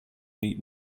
need